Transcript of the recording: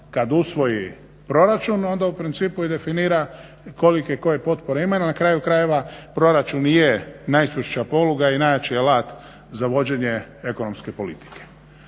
kad usvoji proračun onda u principu i definira kolike i koje potpore imamo. Na kraju krajeva proračun i je najčvršća poluga i najjači alat za vođenje ekonomske politike.